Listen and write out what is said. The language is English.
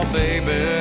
baby